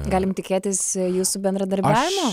galim tikėtis jūsų bendradarbiavimo